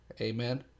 Amen